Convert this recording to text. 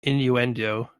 innuendo